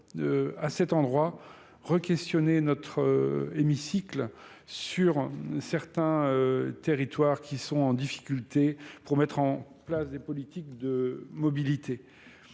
à cet endroit req questionner notre hémicycle sur certains territoires qui sont en difficulté pour mettre en place des politiques de mobilité